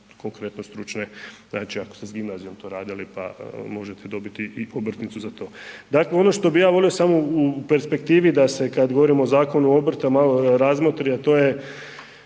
konkretno stručne, znači ako ste s gimnazijom to radili pa možete dobiti i obrtnicu za to. Dakle ono što bih ja volio samo u perspektivi da se kad govorimo o Zakonu o obrtu malo razmotri a to je,